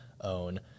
own